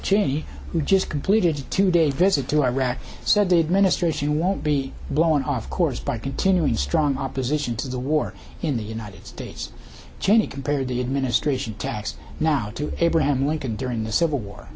cheney who just completed a two day visit to iraq said the administration won't be blown off course by continuing strong opposition to the war in the united states cheney compared the administration tax now to abraham lincoln during the civil war